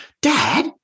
Dad